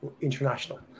international